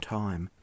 time